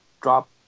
drop